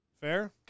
Fair